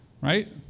right